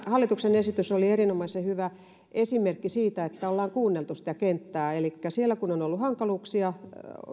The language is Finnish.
hallituksen esitys oli erinomaisen hyvä esimerkki siitä että on kuunneltu sitä kenttää siellä on on ollut hankaluuksia